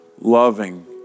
loving